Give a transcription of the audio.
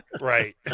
right